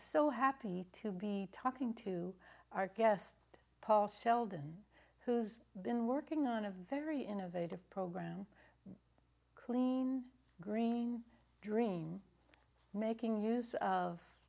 so happy to be talking to our guest paul sheldon who has been working on a very innovative program clean green dream making use